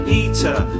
eater